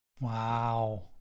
Wow